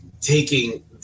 taking